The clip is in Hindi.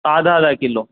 आधा आधा किलो